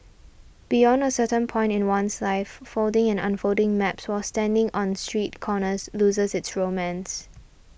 beyond a certain point in one's life folding and unfolding maps while standing on street corners loses its romance